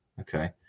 Okay